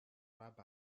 rabbi